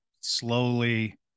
slowly